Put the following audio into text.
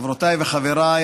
חברותיי וחבריי,